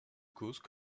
causes